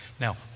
Now